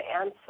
answer